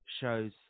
shows